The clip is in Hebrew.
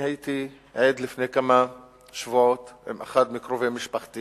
הייתי עד לפני כמה שבועות, עם אחד מקרובי משפחתי